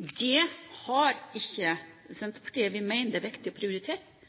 Det har ikke Senterpartiet. Vi mener det er viktig å prioritere,